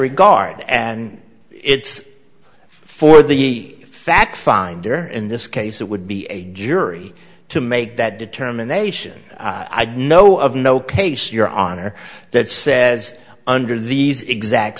regard and it's for the fact finder in this case it would be a jury to make that determination i'd know of no case your honor that says under these exact